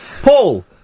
Paul